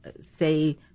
say